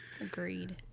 Agreed